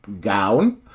gown